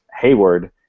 Hayward